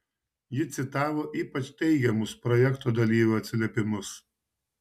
ji citavo ypač teigiamus projekto dalyvių atsiliepimus